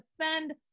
defend